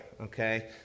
okay